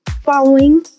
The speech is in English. following